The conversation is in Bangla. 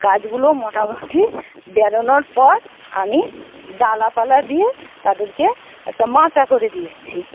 গাছগুলো মোটামোটি বেরানোর পর আমি ডালাপালা দিয়ে তাদেরকে একটা মাচা করে দিয়েছি